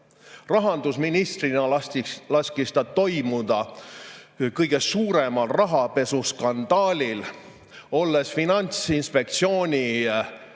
Rahandusministrina laskis ta toimuda kõige suuremal rahapesuskandaalil. Olles Finantsinspektsiooni juht